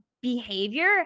behavior